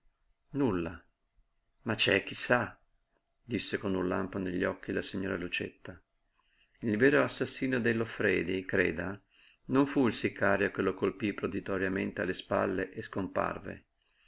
nulla ma c'è chi sa disse con un lampo negli occhi la signora lucietta il vero assassino del loffredi creda non fu il sicario che lo colpí proditoriamente a le spalle e scomparve